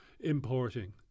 importing